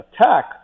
attack